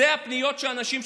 זה פניות של אנשים,